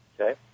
Okay